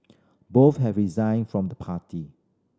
both have resigned from the party